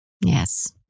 Yes